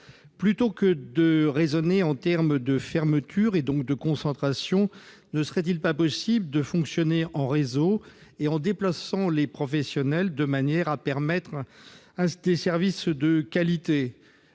Plutôt que de raisonner en termes de fermetures, et donc de concentration, ne serait-il pas possible de fonctionner en réseau, en déplaçant les professionnels, de manière à favoriser des services de qualité ?